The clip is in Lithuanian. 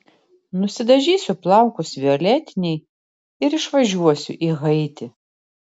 nusidažysiu plaukus violetiniai ir išvažiuosiu į haitį